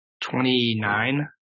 Twenty-nine